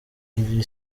iri